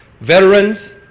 Veterans